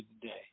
today